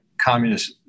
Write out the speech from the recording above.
Communist